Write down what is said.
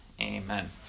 Amen